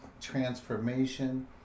transformation